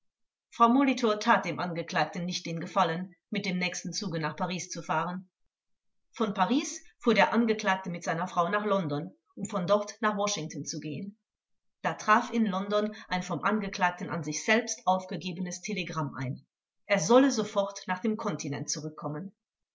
frau molitor tat aber dem angeklagten nicht den gefallen mit dem nächsten zuge nach paris zu fahren von paris fuhr der angeklagte mit seiner frau nach london um von dort nach washington zu gehen da traf in london ein vom angeklagten an sich selbst aufgegebenes telegramm ein er solle sofort nach dem kontinent zurückkommen